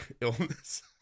illness